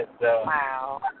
Wow